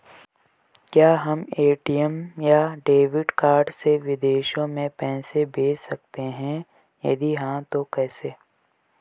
क्या हम ए.टी.एम या डेबिट कार्ड से विदेशों में पैसे भेज सकते हैं यदि हाँ तो कैसे?